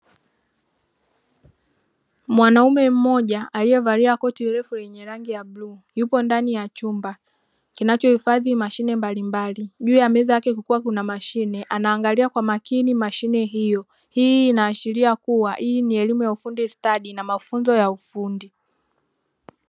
Mwanaume mmoja aliyevalia koti refu lenye rangi ya bluu; yuko ndani ya chumba kinacho hifadhi mashine mbalimbali. Juu ya meza yake kukiwa kuna mashine, anaangalia kwa makini mashine hiyo. Hii inaashiria kuwa ni elimu ya ufundi stadi na mafunzo ya ufundi.